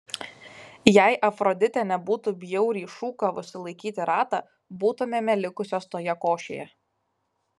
jei afroditė nebūtų bjauriai šūkavusi laikyti ratą būtumėme likusios toje košėje